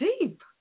Deep